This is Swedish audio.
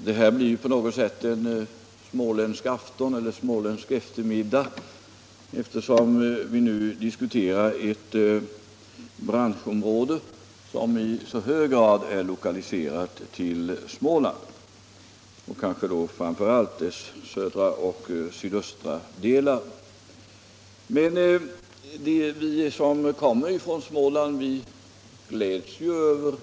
Herr talman! Det här blir på något sätt en småländsk eftermiddag, eftersom vi nu diskuterar ett branschområde som i så hög grad är lokaliserat till Småland och kanske framför allt till dess sydöstra delar. Vi som kommer från Småland gläds över